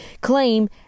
claim